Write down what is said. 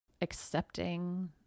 accepting